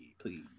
please